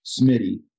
Smitty